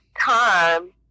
time